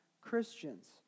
Christians